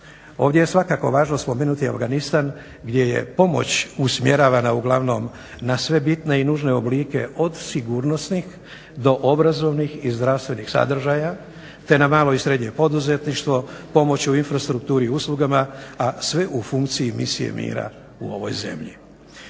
Ovdje je svakako važno spomenuti Afganistan gdje je pomoć usmjeravana uglavnom na sve bitne i nužne oblike od sigurnosnih do obrazovnih i zdravstvenih sadržaja te na malo i srednje poduzetništvo, pomoć u infrastrukturi i uslugama a sve u funkciji misije i mira u ovoj zemlji.